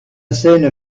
seine